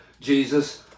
Jesus